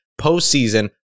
postseason